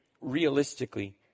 Realistically